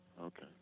Okay